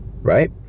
right